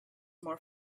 more